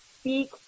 speak